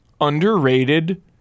underrated